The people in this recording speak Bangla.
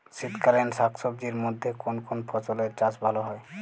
শীতকালীন শাকসবজির মধ্যে কোন কোন ফসলের চাষ ভালো হয়?